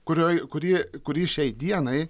kurioj kurie kurį šiai dienai